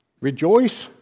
rejoice